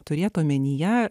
turėta omenyje